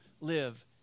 live